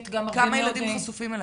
כמה ילדים חשופים אליהם?